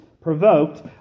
provoked